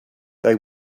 they